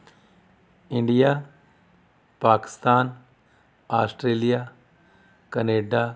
India Pakistan Australia Canada